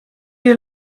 you